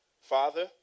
Father